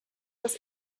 das